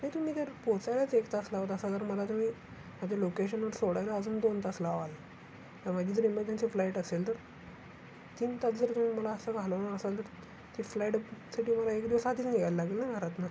नाही तुम्ही जर पोचायलाच एक तास लावत असाल जर मला तुम्ही माझ्या लोकेशनवर सोडायला अजून दोन तास लावाल माझी जर इमर्जन्सी फ्लाईट असेल तर तीन तास जर तुम्ही मला असं घालवणार असाल तर ती फ्लाईटसाठी मला एक दिवस आधीच निघायला लागेल ना घरातनं